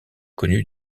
connu